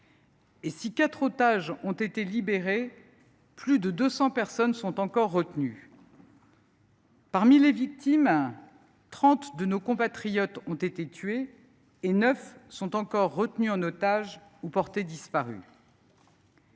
Et si quatre otages ont été libérés, plus de deux cents personnes sont encore retenues. Parmi les victimes, trente de nos compatriotes ont été tués et neuf sont encore retenus en otage ou portés disparus.